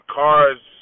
cars